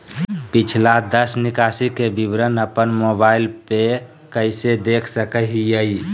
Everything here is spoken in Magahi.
पिछला दस निकासी के विवरण अपन मोबाईल पे कैसे देख सके हियई?